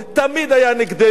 תמיד היה נגדנו.